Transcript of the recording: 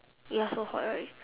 ya so hot right